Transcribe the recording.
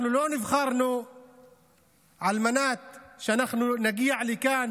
אנחנו לא נבחרנו על מנת שאנחנו נגיע לכאן,